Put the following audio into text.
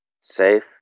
safe